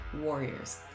warriors